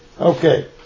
Okay